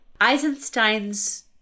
Eisenstein's